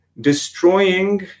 destroying